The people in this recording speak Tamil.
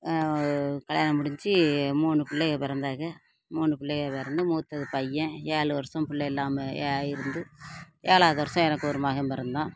கல்யாணம் முடிஞ்சு மூணு பிள்ளைகள் பிறந்தாக மூணு பிள்ளைகள் பிறந்தும் மூத்தது பையன் ஏழு வருடம் பிள்ள இல்லாமல் இருந்து ஏழாவது வருடம் எனக்கு ஒரு மகன் பிறந்தான்